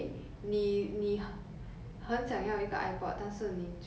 没有 ah K maybe not I pod I pod 很 outdated 了 I pad